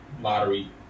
lottery